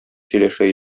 сөйләшә